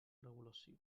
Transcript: regulació